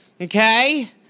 Okay